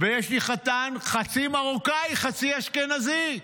ויש לי חתן חצי מרוקאי חצי אשכנזי.